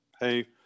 Hey